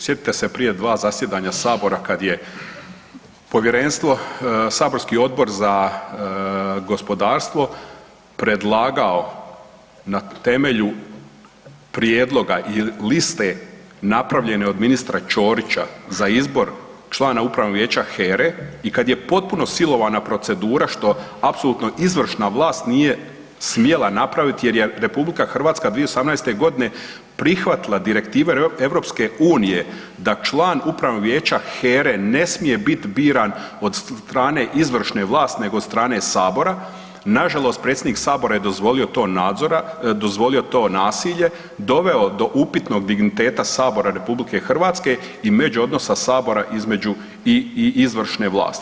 Sjetite se prije 2 zasjedanja sabora kad je povjerenstvo, saborski odbor za gospodarstvo predlagao na temelju prijedloga i liste napravljene od ministra Ćorića za izbor člana Upravnog vijeća HERE i kad je potpuno silovana procedura što apsolutno izvršna vlast nije smjela napraviti jer je RH 2018. godine prihvatila direktive EU da član Upravnog vijeća HERE ne smije biti biran od strane izvršne vlasti nego od strane sabora, nažalost predsjednik sabora je dozvolio to nadzora, dozvolio to nasilje, doveo do upitnog digniteta sabora RH i međuodnosa sabora između i izvršne vlasti.